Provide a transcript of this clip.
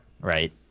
right